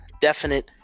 definite